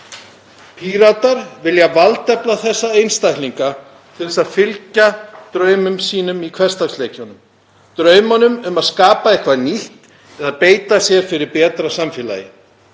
Píratar vilja valdefla þessa einstaklinga til þess að fylgja draumum sínum í hversdagsleikanum; draumum um að skapa eitthvað nýtt eða beita sér fyrir betra samfélagi.